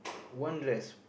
one dress